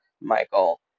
Michael